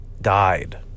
died